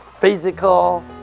physical